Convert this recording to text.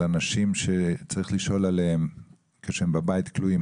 של אנשים שצריך לשאול עליהם כשהם חיים בבית ונהפכים תלויים.